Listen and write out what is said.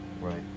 right